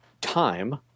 time